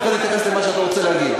ואחרי זה אני אתייחס למה שאתה רוצה להגיד.